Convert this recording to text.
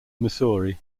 missouri